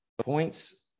points